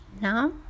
now